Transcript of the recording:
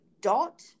Dot